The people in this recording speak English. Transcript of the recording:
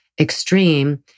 extreme